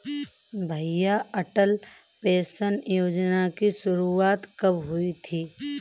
भैया अटल पेंशन योजना की शुरुआत कब हुई थी?